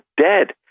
dead